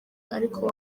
ariko